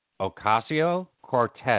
Ocasio-Cortez